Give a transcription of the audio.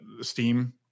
Steam